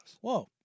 Whoa